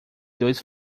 dois